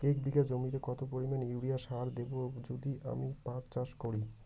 এক বিঘা জমিতে কত পরিমান ইউরিয়া সার দেব যদি আমি পাট চাষ করি?